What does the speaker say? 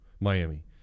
Miami